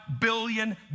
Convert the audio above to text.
billion